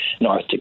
North